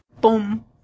Boom